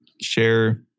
share